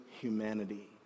humanity